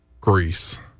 Greece